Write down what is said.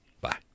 Bye